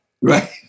Right